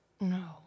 No